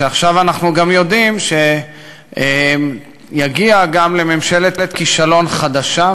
שעכשיו אנחנו יודעים שזה יגיע גם לממשלת כישלון חדשה,